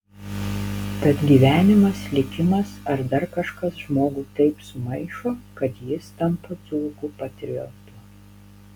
tad gyvenimas likimas ar dar kažkas žmogų taip sumaišo kad jis tampa dzūkų patriotu